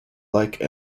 like